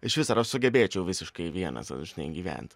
išvis ar aš sugebėčiau visiškai vienas žinai gyvent